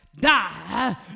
die